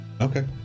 Okay